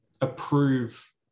approve